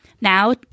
Now